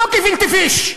לא גפילטע פיש.